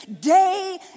day